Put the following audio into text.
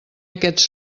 aquests